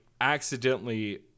accidentally